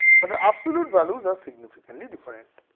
but absolute values are significantly different.